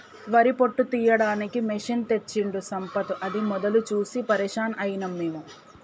వరి పొట్టు తీయడానికి మెషిన్ తెచ్చిండు సంపత్ అది మొదలు చూసి పరేషాన్ అయినం మేము